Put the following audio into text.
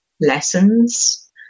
lessons